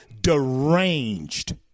deranged